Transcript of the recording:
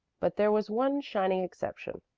but there was one shining exception,